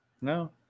No